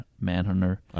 Manhunter